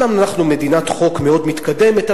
אומנם אנחנו מדינת חוק מאוד מתקדמת,